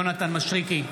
יוראי, אתה בקריאה שלישית.